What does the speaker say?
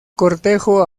cortejo